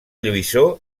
lluïssor